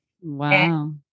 Wow